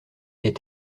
est